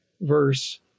verse